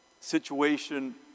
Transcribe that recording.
situation